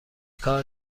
کار